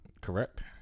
Correct